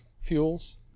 fuels